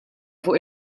fuq